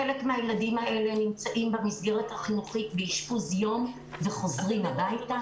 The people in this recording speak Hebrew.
חלק מהילדים האלה נמצאים במסגרת החינוכית באשפוז יום וחוזרים הביתה,